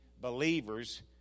believers